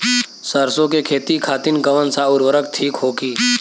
सरसो के खेती खातीन कवन सा उर्वरक थिक होखी?